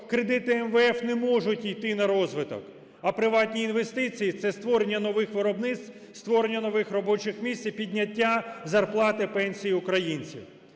кредити МВФ не можуть йти на розвиток, а приватні інвестиції – це створення нових виробництв, створення нових робочих місць і підняття зарплат і пенсій українців.